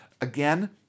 Again